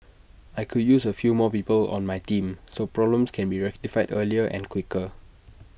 I could use A few more people on my team so problems can be rectified earlier and quicker